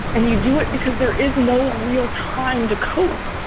and you do it because there is no real time to cope.